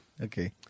Okay